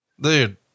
Dude